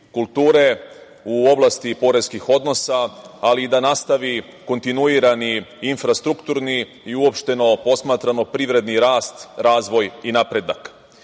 kulture, u oblasti poreskih odnosa, ali i da nastavi kontinuirani infrastrukturni i uopšteno posmatrano privredni rast, razvoj i napredak. Takođe